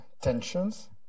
tensions